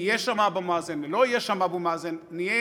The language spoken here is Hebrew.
יהיה שם אבו מאזן, לא יהיה שם אבו מאזן, ונהיה